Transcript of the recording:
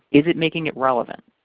is it making it relevant?